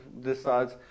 decides